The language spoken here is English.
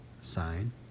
sign